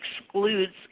excludes